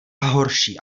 horší